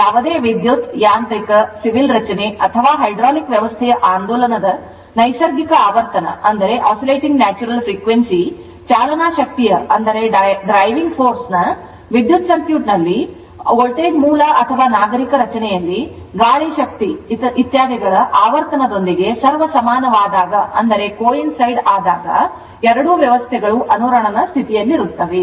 ಯಾವದೇ ವಿದ್ಯುತ್ ಯಾಂತ್ರಿಕ ಸಿವಿಲ್ ರಚನೆ ಅಥವಾ ಹೈಡ್ರಾಲಿಕ್ ವ್ಯವಸ್ಥೆಯ ಆಂದೋಲನದ ನೈಸರ್ಗಿಕ ಆವರ್ತನವು ಚಾಲನಾ ಶಕ್ತಿಯ ಅಂದರೆ ವಿದ್ಯುತ್ ಸರ್ಕ್ಯೂಟ್ನಲ್ಲಿ ವೋಲ್ಟೇಜ್ ಮೂಲ ಅಥವಾ ನಾಗರಿಕ ರಚನೆಯಲ್ಲಿ ಗಾಳಿ ಶಕ್ತಿ ಇತ್ಯಾದಿಗಳ ಆವರ್ತನದೊಂದಿಗೆ ಸರ್ವಸಮಾನವಾದಾಗ ಎರಡೂ ವ್ಯವಸ್ಥೆಗಳು ಅನುರಣನ ಸ್ಥಿತಿಯಲ್ಲಿರುತ್ತವೆ